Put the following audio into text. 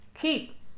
keep